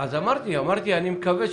אמרתי, אני מקווה.